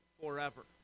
forever